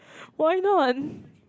why not